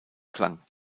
klang